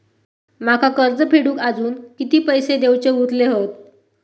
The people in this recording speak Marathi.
माका कर्ज फेडूक आजुन किती पैशे देऊचे उरले हत?